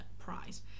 prize